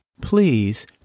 please